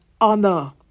honor